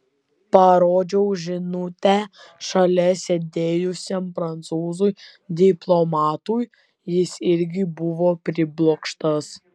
parodžiau žinutę šalia sėdėjusiam prancūzui diplomatui jis irgi buvo priblokštas